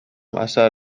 اثر